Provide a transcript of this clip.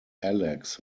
alex